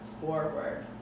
forward